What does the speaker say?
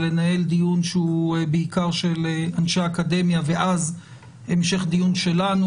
לנהל דיון שהוא בעיקר של אנשי האקדמיה ואז המשך דיון שלנו,